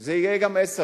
זה יהיה גם 10 אגורות,